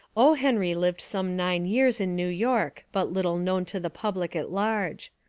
o. henry lived some nine years in new york but little known to the public at large.